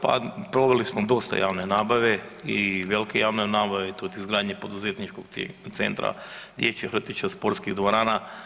Pa proveli smo dosta javne nabave i velike javne nabave i to od izgradnje poduzetničkog centra, dječjih vrtića, sportskih dvorana.